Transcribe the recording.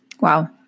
Wow